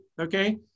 Okay